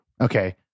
Okay